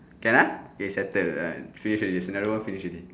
can ah K settled ah finish already scenario one finish already